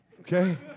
Okay